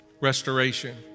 restoration